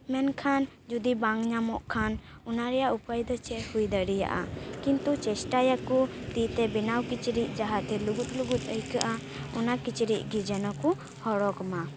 ᱢᱮᱱᱠᱷᱟᱱ ᱡᱩᱫᱤ ᱵᱟᱝ ᱧᱟᱢᱚᱜ ᱠᱷᱟᱱ ᱚᱱᱟ ᱨᱮᱭᱟᱜ ᱩᱯᱟᱹᱭ ᱫᱚ ᱪᱮᱫ ᱦᱩᱭ ᱫᱟᱲᱮᱭᱟᱜᱼᱟ ᱠᱤᱱᱛᱩ ᱪᱮᱥᱴᱟᱭᱟᱠᱚ ᱛᱤ ᱛᱮ ᱵᱮᱱᱟᱣ ᱠᱤᱪᱨᱤᱡ ᱡᱟᱦᱟᱸ ᱛᱮ ᱞᱩᱜᱩᱫᱼᱞᱩᱜᱩᱫ ᱟᱹᱭᱠᱟᱹᱜᱼᱟ ᱚᱱᱟ ᱠᱤᱪᱨᱤᱡ ᱜᱮ ᱡᱮᱱᱚ ᱠᱚ ᱦᱚᱨᱚᱜᱽ ᱢᱟ